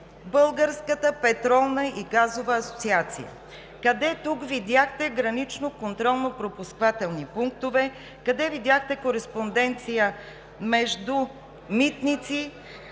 Българската петролна и газова асоциация. Къде тук видяхте гранични контролно-пропускателни пунктове?! Къде видяхте кореспонденция между „Митници“